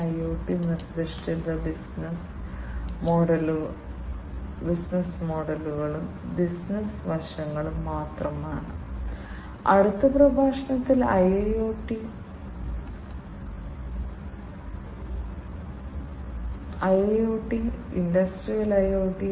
industry grade സെൻസറുകൾക്കും ആക്യുവേറ്ററുകൾക്കും ഉയർന്ന ആവശ്യകതകളുണ്ടെന്ന കാര്യം ഓർക്കുക എന്നാൽ അതേ സമയം അവ കുറഞ്ഞ ചിലവിൽ വരണം